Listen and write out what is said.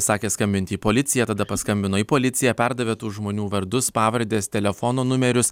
sakė skambint į policiją tada paskambino į policiją perdavė tų žmonių vardus pavardes telefono numerius